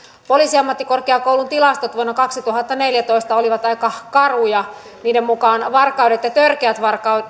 poliisiammattikorkeakoulun tilastot vuodelta kaksituhattaneljätoista olivat aika karuja niiden mukaan varkaudet ja törkeiden